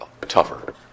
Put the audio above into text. tougher